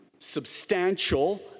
substantial